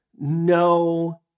no